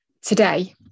today